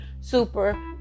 super